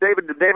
David